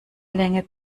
länge